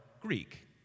Greek